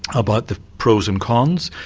about the pros and cons,